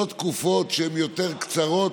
זה לא תקופות שהן יותר קצרות,